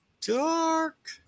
dark